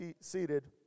seated